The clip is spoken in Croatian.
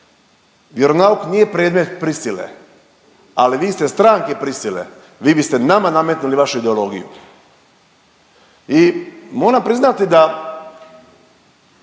Vjeronauk nije predmet prisile, ali vi ste stranke prisile, vi biste nama nametnuli vašu ideologiju. I moram priznati da